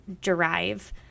derive